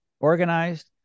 organized